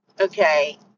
Okay